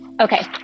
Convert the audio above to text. okay